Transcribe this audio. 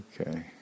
Okay